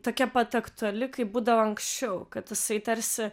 tokia pat aktuali kaip būdavo anksčiau kad tasai tarsi